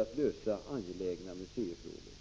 att lösa angelägna museifrågor.